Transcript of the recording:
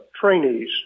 trainees